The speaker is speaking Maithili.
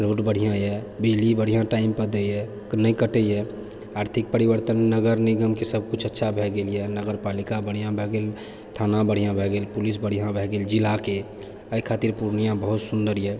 रोड बढ़िआँ यऽ बिजली बढ़िआँ टाइमपर दैइए नहि कटै यऽ आर्थिक परिवर्तन नगर निगमके किछु अच्छा भए गेल यऽ नगरपालिका भए गेल थाना बढ़िआँ भए गेल पुलिस बढ़िआँ भए गेल जिलाके अइ खातिर पूर्णिया बहुत सुन्दर यऽ